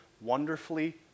wonderfully